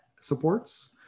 supports